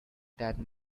that